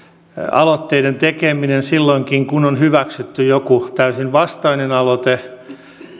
aloitteiden tekeminen silloinkin kun on hyväksytty joku täysin vastakkainen aloite